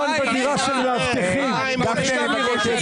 וואי וואי, איזה התקפה.